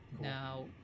Now